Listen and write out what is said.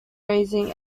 raising